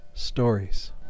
stories